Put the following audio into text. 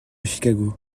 chicago